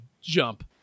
jump